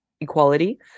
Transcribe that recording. equality